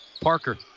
Parker